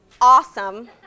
awesome